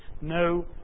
no